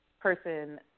person